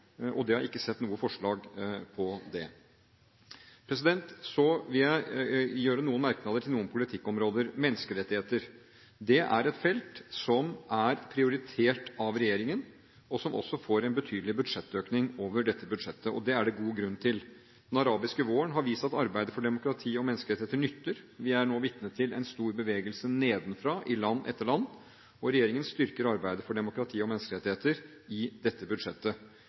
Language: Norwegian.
Europa–USA-området. Jeg har ikke sett noe forslag om det. Så vil jeg komme med noen merknader til noen politikkområder. Om menneskerettigheter: Dette er et felt som er prioritert av regjeringen, og som også får en betydelig budsjettøkning over dette budsjettet, og det er det god grunn til. Den arabiske våren har vist at arbeidet for demokrati og menneskerettigheter nytter. Vi er nå vitne til store bevegelser nedenfra i land etter land. Regjeringen styrker arbeidet for demokrati og menneskerettigheter i dette budsjettet.